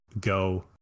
go